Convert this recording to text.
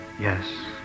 Yes